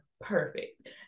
perfect